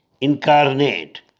incarnate